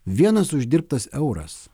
vienas uždirbtas euras